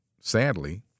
sadly